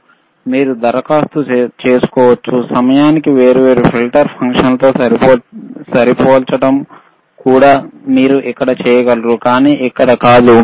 ఫంక్షన్తో సరిపోలడం కోసం వివిధ రకాల ఫిల్టర్లని ఉపయోగించవచ్చు మీరు ఇక్కడ చేయగలరు కాని ఇక్కడ కాదు